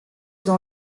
dans